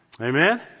Amen